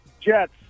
Jets